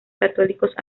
católicos